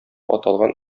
аталган